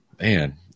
man